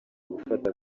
gufata